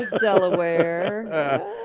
Delaware